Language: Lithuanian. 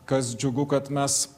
kas džiugu kad mes